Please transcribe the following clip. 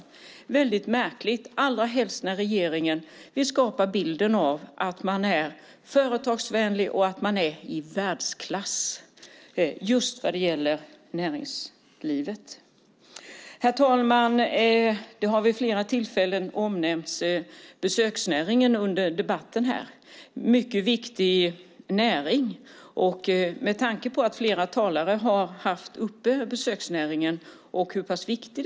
Det är väldigt märkligt, speciellt eftersom regeringen vill skapa bilden av att man är företagsvänlig och i världsklass när det gäller näringslivet. Herr talman! Besöksnäringen har nämnts vid flera tillfällen under debatten. Det är en mycket viktig näring. Flera talare har tagit upp besöksnäringen, och den är mycket viktigt.